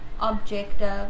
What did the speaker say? objective